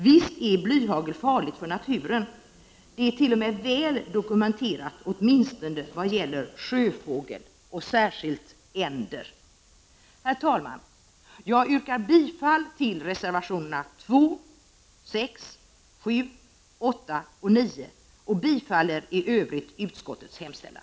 Visst är blyhagel farligt för naturen — det är t.o.m. väl dokumenterat, åtminstone vad gäller sjöfågel, särskilt änder. Herr talman! Jag yrkar bifall till reservationerna 2,6, 7, 8 och 9 och i övrigt bifall till utskottets hemställan.